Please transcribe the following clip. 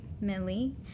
Millie